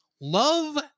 Love